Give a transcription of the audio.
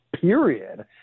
period